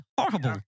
horrible